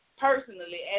personally